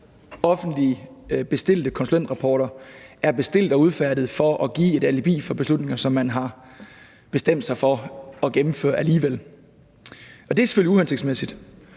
offentligt bestilte konsulentrapporter er bestilt og udfærdiget for at give et alibi for beslutninger, som man har bestemt sig for at gennemføre alligevel. Det er selvfølgelig uhensigtsmæssigt.